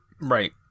right